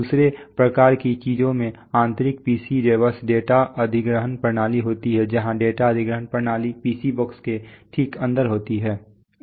दूसरे प्रकार की चीजों में आंतरिक पीसी बस डेटा अधिग्रहण प्रणाली होती है जहां डेटा अधिग्रहण प्रणाली पीसी बॉक्स के ठीक अंदर होती है